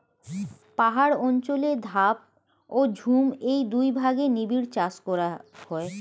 পাহাড় অঞ্চলে ধাপ ও ঝুম এই দুই ভাগে নিবিড় চাষ করা হয়